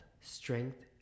strength